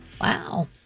Wow